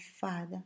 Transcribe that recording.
Father